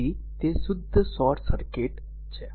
તેથી તે શુદ્ધ શોર્ટ સર્કિટ છે